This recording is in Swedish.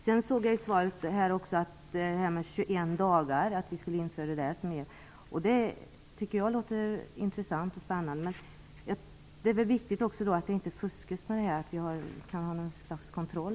Det jordbruksministern svarade om att införa bestämmelser om att äggen måste säljas inom 21 dagar efter värpdagen tycker jag låter intressant och spännande. Det är viktigt att det inte fuskas och att vi har något slags kontroll.